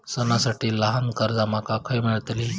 सणांसाठी ल्हान कर्जा माका खय मेळतली?